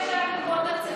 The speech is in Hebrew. כי השארתם בור תקציבי.